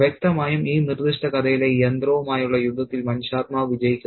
വ്യക്തമായും ഈ നിർദ്ദിഷ്ട കഥയിലെ യന്ത്രവുമായുള്ള യുദ്ധത്തിൽ മനുഷ്യാത്മാവ് വിജയിക്കുന്നു